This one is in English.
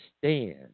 stand